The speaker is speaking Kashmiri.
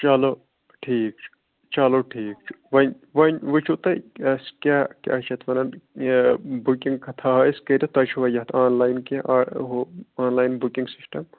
چلو ٹھیٖک چھُ چلو ٹھیٖک چھُ وۄنۍ وۄنۍ وٕچھِو تُہۍ اَسہِ کیٛاہ کیٛاہ چھِ اَتھ وَنان یہِ بُکِنٛگ کا تھاوو أسۍ کٔرِتھ تۄہہِ چھُوا یَتھ آن لایِن کیٚنٛہہ ہُہ آن لایِن بُکِنٛگ سِسٹَم